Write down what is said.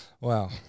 Wow